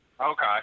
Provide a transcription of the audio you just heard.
Okay